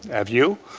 have you?